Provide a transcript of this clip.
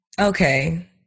Okay